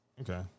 Okay